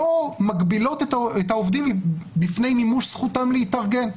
לא מגבילות את העובדים בפני מימוש זכות להתארגן.